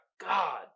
god